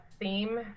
theme